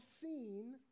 seen